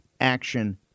action